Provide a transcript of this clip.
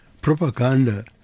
propaganda